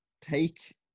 take